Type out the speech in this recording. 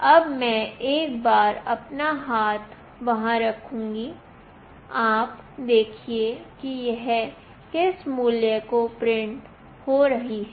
अब मैं एक बार अपना हाथ वहाँ रखूंगी आप देखिए कि यह किस मूल्य का प्रिंट हो रही है